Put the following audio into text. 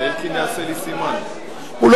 אדוני היושב-ראש, הוא דיבר אלי.